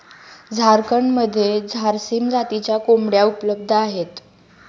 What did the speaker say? झारखंडमध्ये झारसीम जातीच्या कोंबड्या उपलब्ध आहेत